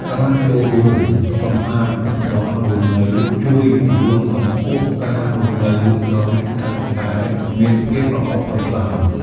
ការចូលរួមសម្អាតតំបន់រស់នៅជួយលើកកម្ពស់ការរស់នៅឲ្យកាន់តែមានភាពល្អប្រសើរ។